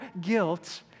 guilt